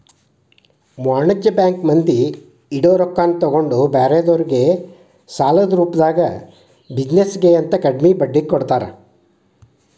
ವಾಣಿಜ್ಯ ಬ್ಯಾಂಕ್ ಮಂದಿ ಇಡೊ ರೊಕ್ಕಾನ ತಗೊಂಡ್ ಬ್ಯಾರೆದೊರ್ಗೆ ಸಾಲದ ರೂಪ್ದಾಗ ಬಿಜಿನೆಸ್ ಗೆ ಅಂತ ಕಡ್ಮಿ ಬಡ್ಡಿಗೆ ಕೊಡ್ತಾರ